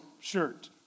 shirt